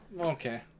Okay